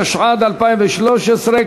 התשע"ד 2014,